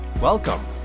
Welcome